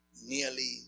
nearly